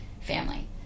family